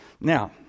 now